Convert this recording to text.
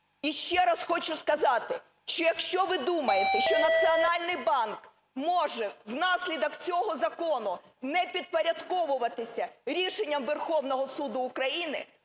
І ще раз хочу сказати, що якщо ви думаєте, що Національний банк може внаслідок цього закону не підпорядковуватись рішенням Верховного Суду України,